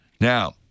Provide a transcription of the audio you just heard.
Now